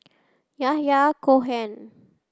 Yahya Cohen